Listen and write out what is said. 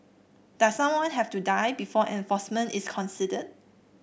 does someone have to die before enforcement is considered